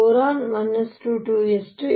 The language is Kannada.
boron 1 s 2 2 s 2